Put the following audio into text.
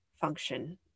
function